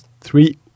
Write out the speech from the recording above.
three